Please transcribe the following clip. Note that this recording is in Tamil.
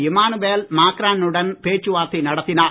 இமானுவேல் மக்ரானுடன் பேச்சுவார்த்தை நடத்தினார்